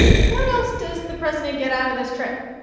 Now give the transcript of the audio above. what else does the president get out of this trip?